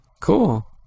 Cool